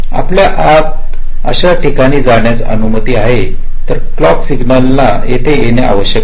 आपल्या आत अशा ठिकाणी जाण्याची अनुमती आहे तर या क्लॉकच्या सिग्नल ना येथे जाणे आवश्यक आहे